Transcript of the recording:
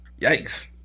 Yikes